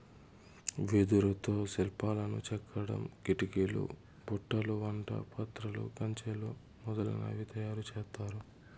వెదురుతో శిల్పాలను చెక్కడం, కిటికీలు, బుట్టలు, వంట పాత్రలు, కంచెలు మొదలనవి తయారు చేత్తారు